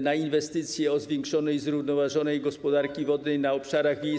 na inwestycje zwiększonej zrównoważonej gospodarki wodnej na obszarach wiejskich?